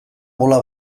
bola